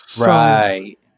right